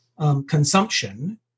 consumption